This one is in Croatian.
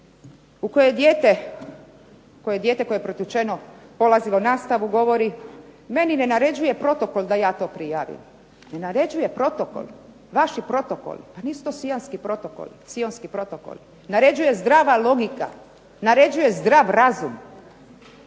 u koju je dijete koje pretučeno polazilo nastavu govori meni ne naređuje protokol da ja to prijavim. Ne naređuje protokol, vaši protokoli. Pa nisu to sionski protokoli. Naređuje zdrava logika, naređuje zdrav razum,